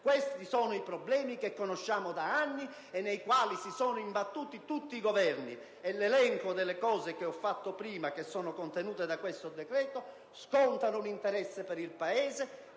Questi sono problemi che conosciamo da anni e nei quali si sono imbattuti tutti i Governi; e l'elenco delle cose che ho fatto poc'anzi, che sono contenute in questo decreto, scontano un interesse per il Paese.